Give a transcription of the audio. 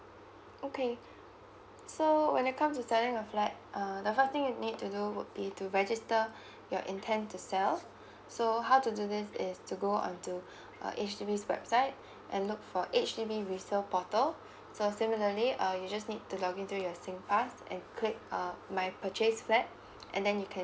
okay so when it come to selling your flat uh the first thing you need to do would be to register your intent to sell so how to do this is to go on to uh H_D_B website and look for H_D_B resale portal so similarly uh you just need to log into your singpass and click uh my purchase flat and then you can